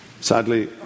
sadly